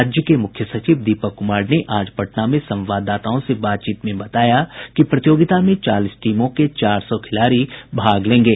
राज्य के मुख्य सचिव दीपक कुमार ने आज पटना में संवाददाताओं से बातचीत में बताया कि प्रतियोगिता में चालीस टीमों के चार सौ खिलाड़ी भाग लेंगे